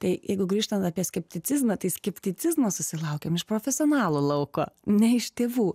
tai jeigu grįžtant apie skepticizmą tai skepticizmo susilaukiam iš profesionalų lauko ne iš tėvų